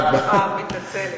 סליחה, מתנצלת.